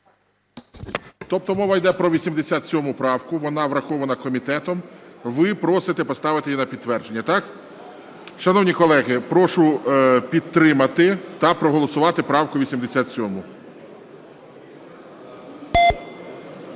Тобто мова йде про 87 правку. Вона врахована комітетом. Ви просите поставити її на підтвердження, так? Шановні колеги, прошу підтримати та проголосувати правку 87.